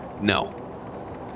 no